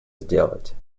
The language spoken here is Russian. сделать